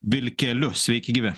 vilkeliu sveiki gyvi